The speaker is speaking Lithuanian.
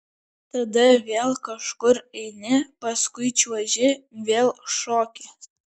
tada vėl kažkur eini paskui čiuoži vėl šoki